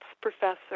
professor